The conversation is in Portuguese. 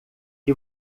que